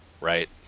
right